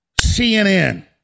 CNN